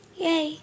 Yay